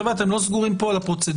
חבר'ה, אתם לא סגורים כאן על הפרוצדורה.